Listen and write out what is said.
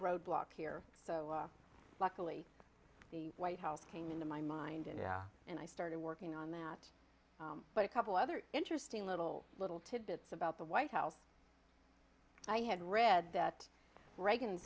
roadblock here so luckily the white house came into my mind and yeah and i started working on that but a couple other interesting little little tidbits about the white house i had read that reagan